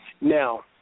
Now